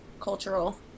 cultural